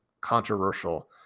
controversial